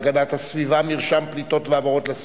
אדגיש כי במסגרת תהליך הצטרפות מדינת ישראל ל-OECD